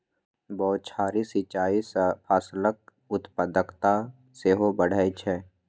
बौछारी सिंचाइ सं फसलक उत्पादकता सेहो बढ़ै छै